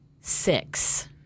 six